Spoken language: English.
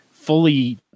fully